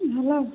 hello